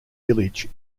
village